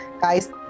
Guys